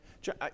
John